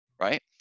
right